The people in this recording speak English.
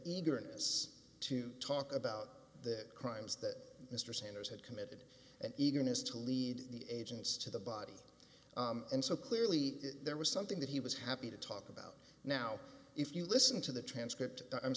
eagerness to talk about the crimes that mr sanders had committed an eagerness to lead the agents to the body and so clearly there was something that he was happy to talk about now if you listen to the transcript i'm